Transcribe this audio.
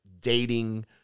dating